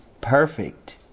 perfect